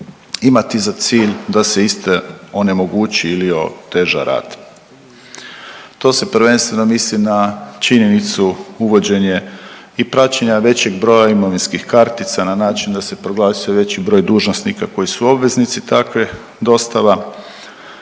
imati za cilj da se iste onemogući ili oteža rad. To se prvenstveno misli na činjenicu uvođenje i praćenje većeg broja imovinskih kartica na način da se proglasio veći broj dužnosnika koji su obveznici takve dostava.